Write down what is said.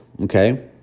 Okay